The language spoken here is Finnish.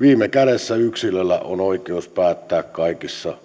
viime kädessä yksilöllä on oikeus päättää kaikissa